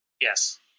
Yes